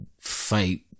fight